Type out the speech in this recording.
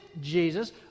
Jesus